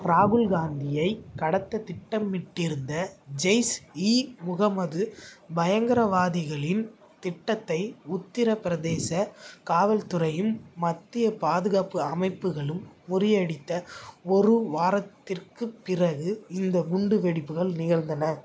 ராகுல் காந்தியைக் கடத்த திட்டமிட்டிருந்த ஜெய்ஷ் இ முகமது பயங்கரவாதிகளின் திட்டத்தை உத்திரப்பிரதேச காவல்துறையும் மத்திய பாதுகாப்பு அமைப்புகளும் முறியடித்த ஒரு வாரத்திற்குப் பிறகு இந்த குண்டு வெடிப்புகள் நிகழ்ந்தன